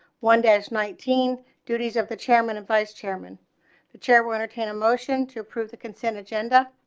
one dash nineteen duties of the chairman and vice chairman the chair will entertain motion to approve the consent agenda a